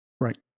Right